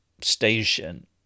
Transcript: station